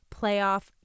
playoff